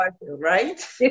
right